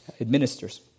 administers